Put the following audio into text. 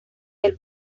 del